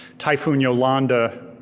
typhoon yolanda